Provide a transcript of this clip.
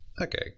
Okay